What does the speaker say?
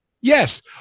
Yes